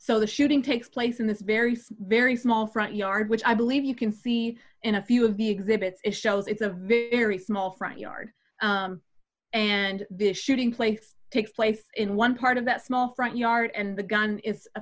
so the shooting takes place in this very very small front yard which i believe you can see in a few of the exhibits it shows it's a very small front yard and this shooting place takes place in one part of that small front yard and the gun i